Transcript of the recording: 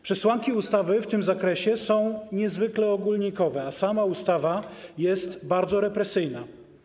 Przesłanki ustawy w tym zakresie są niezwykle ogólnikowe, a sama ustawa jest bardzo represyjna.